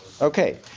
Okay